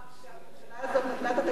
הממשלה הזאת נתנה את התקציב הכי נמוך